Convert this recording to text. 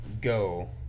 Go